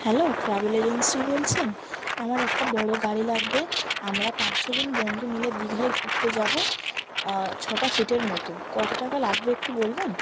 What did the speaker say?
hello travel agency বলছেন আমার একটা বড় গাড়ি লাগবে আমরা পাঁচ ছ জন বন্ধু মিলে দিঘায় ঘুরতে যাব ছটা সিটের মতো কত টাকা লাগবে একটু বলবেন